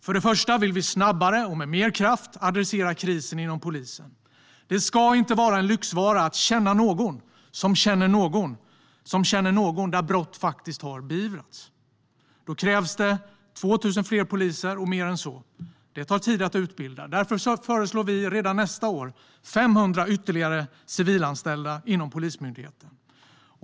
För det första vill vi snabbare och med mer kraft adressera krisen inom polisen. Det ska inte vara en lyxvara att känna någon som känner någon som känner någon där brott faktiskt har beivrats. Då krävs det 2 000 fler poliser och mer än så. Det tar tid att utbilda dem. Därför föreslår vi redan nästa år ytterligare 500 civilanställda inom Polismyndigheten.